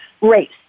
race